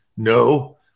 No